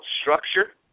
structure